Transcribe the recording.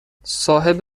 صاحب